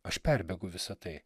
aš perbėgu visa tai